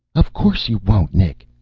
of course you won't, nick,